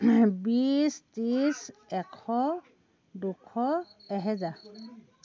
বিছ ত্ৰিছ এশ দুশ এহেজাৰ